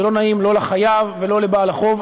לא נעים לא לחייב ולא לבעל החוב,